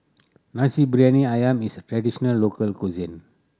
Nasi Briyani Ayam is traditional local cuisine